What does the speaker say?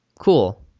cool